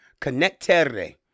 connectere